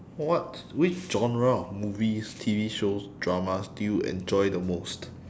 what which genre of movies T_V shows dramas do you enjoy the most